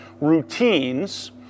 routines